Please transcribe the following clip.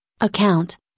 account